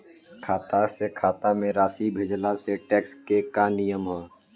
खाता से खाता में राशि भेजला से टेक्स के का नियम ह?